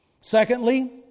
Secondly